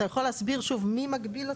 אתה יכול להסביר שוב מי מגביל?